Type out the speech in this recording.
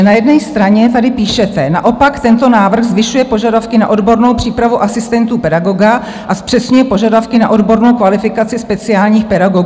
Na jedné straně tady píšete: Naopak tento návrh zvyšuje požadavky na odbornou přípravu asistentů pedagoga a zpřesňuje požadavky na odbornou kvalifikaci speciálních pedagogů.